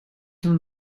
hem